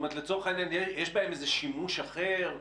לצורך העניין, יש בהם איזה שימוש אחר,